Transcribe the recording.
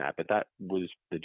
that but that was the